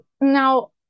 now